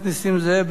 בבקשה.